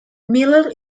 miller